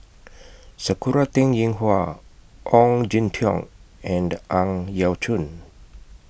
Sakura Teng Ying Hua Ong Jin Teong and Ang Yau Choon